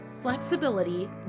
flexibility